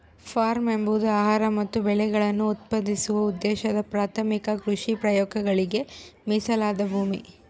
form ಎಂಬುದು ಆಹಾರ ಮತ್ತು ಬೆಳೆಗಳನ್ನು ಉತ್ಪಾದಿಸುವ ಉದ್ದೇಶದ ಪ್ರಾಥಮಿಕ ಕೃಷಿ ಪ್ರಕ್ರಿಯೆಗಳಿಗೆ ಮೀಸಲಾದ ಭೂಮಿ